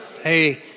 Hey